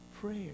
prayer